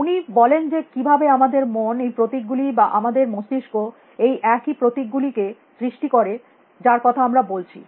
উনি বলেন যে কিভাবে আমাদের মন এই প্রতীক গুলি বা আমাদের মস্তিস্ক এই একই প্রতীক গুলি কে সৃষ্টি করে যার কথা আমরা বলছি